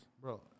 Bro